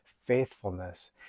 faithfulness